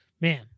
Man